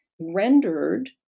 rendered